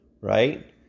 right